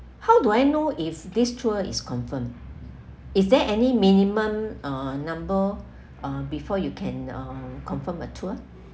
how do I know if this tour is confirmed is there any minimum uh number uh before you can uh confirm a tour